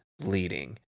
leading